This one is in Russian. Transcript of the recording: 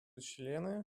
члены